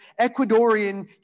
Ecuadorian